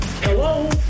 Hello